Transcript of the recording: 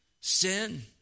sin